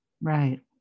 Right